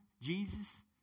Jesus